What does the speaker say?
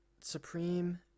Supreme